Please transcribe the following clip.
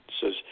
says